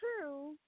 true